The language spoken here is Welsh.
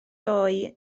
doi